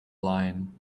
line